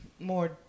More